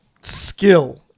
skill